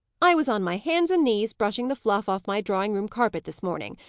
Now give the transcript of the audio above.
i was on my hands and knees, brushing the fluff off my drawing-room carpet this morning,